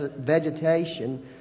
vegetation